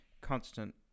constant